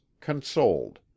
consoled